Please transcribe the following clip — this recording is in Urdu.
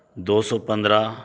دو سو پندرہ